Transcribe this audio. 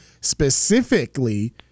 specifically